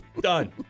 Done